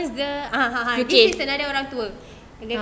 because dia ah this is another orang tua